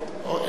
אין בעיה.